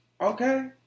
okay